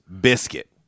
biscuit